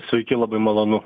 sveiki labai malonu